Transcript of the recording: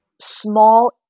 small